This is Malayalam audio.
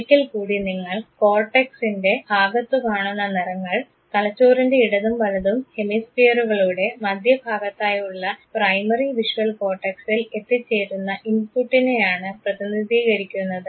ഒരിക്കൽകൂടി നിങ്ങൾ കോർട്ടെക്സിൻറെ ഭാഗത്തു കാണുന്ന നിറങ്ങൾ തലച്ചോറിൻറെ ഇടതും വലതും ഹെമിസ്പിയറുകളുടെ മധ്യഭാഗത്തായുള്ള പ്രൈമറി വിഷ്വൽ കോർട്ടെക്സ്സിൽ എത്തിച്ചേർന്ന ഇൻപുട്ടിനെയാണ് പ്രതിനിധീകരിക്കുന്നത്